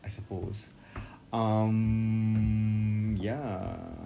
I suppose um ya